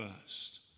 first